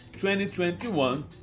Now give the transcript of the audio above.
2021